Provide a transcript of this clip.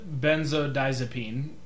benzodiazepine